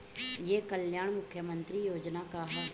ई कल्याण मुख्य्मंत्री योजना का है?